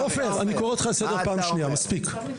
עופר, אני קורא אותך לסדר פעם שנייה, מספיק.